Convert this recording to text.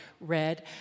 read